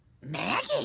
Maggie